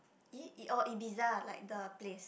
I~ I~ oh Ibiza like the place